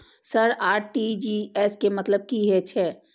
Sir RTGS के मतलब की हे छे?